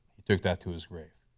he took that to his grave.